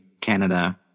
Canada